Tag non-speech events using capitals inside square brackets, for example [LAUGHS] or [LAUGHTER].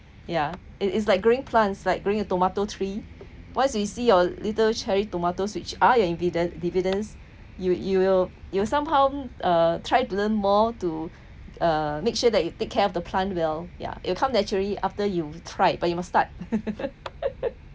ya it it's like growing plants like growing a tomato tree once we see your little cherry tomatoes which are you inviden~ dividends you you will you somehow uh try to learn more to uh make sure that you take care of the plant well yeah you'll come naturally after you tried but you must start [LAUGHS]